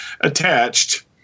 attached